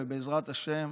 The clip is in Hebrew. בעזרת השם